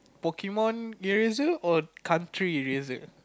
Pokemon eraser or country eraser